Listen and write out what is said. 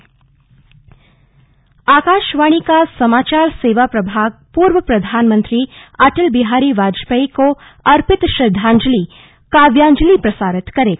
प्रसारण आकाशवाणी का समाचार सेवा प्रभाग पूर्व प्रधानमंत्री अटल बिहारी वाजपेयी को अर्पित काव्यांजलि प्रसारित करेगा